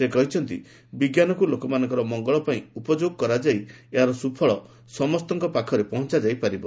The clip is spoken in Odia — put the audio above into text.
ସେ କହିଛନ୍ତି ବିଜ୍ଞାନକୁ ଲୋକମାନଙ୍କର ମଙ୍ଗଳ ପାଇଁ ଉପଯୋଗ କରାଯାଇ ଏହାର ସ୍ରଫଳ ସମସ୍ତଙ୍କ ପାଖରେ ପହଞ୍ଚା ଯାଇପାରିବ